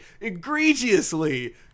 egregiously